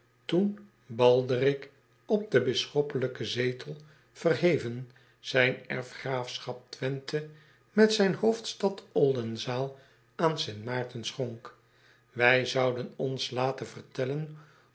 toen alderik op den bisschoppelijken zetel verheven zijn erfgraafschap wenthe met zijn hoofdstad ldenzaal aan t aarten schonk ij zouden ons laten vertellen